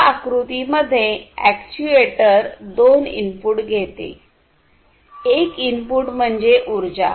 या आकृतीमध्ये अॅक्ट्युएटर दोन इनपुट घेते एक इनपुट म्हणजे उर्जा